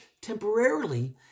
temporarily